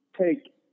take